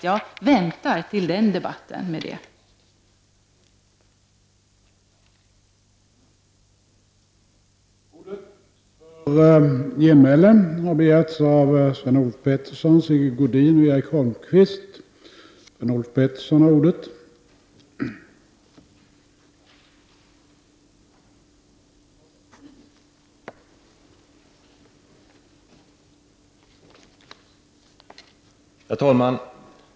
Jag väntar därför till debatten i samband med den propositionen med att ta upp dessa frågor.